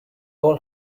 all